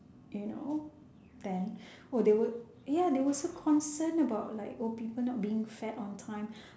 you know then oh they were ya they were so concerned about like old people not being fed on time